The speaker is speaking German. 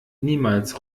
niemals